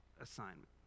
assignment